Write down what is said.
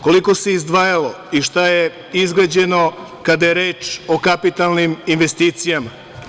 Koliko se izdvajalo i šta je izgrađeno kada je reč o kapitalnim investicijama?